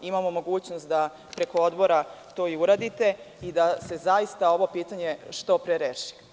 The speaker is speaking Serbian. Imamo mogućnost da preko odbora to uradite i da se zaista ovo pitanje što pre reši.